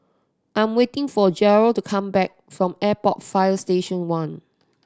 I'm waiting for Jairo to come back from Airport Fire Station One